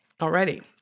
already